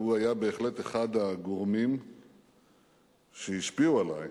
והוא היה אחד הגורמים שהשפיעו עלי,